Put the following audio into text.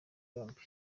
yombi